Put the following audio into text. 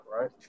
right